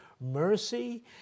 mercy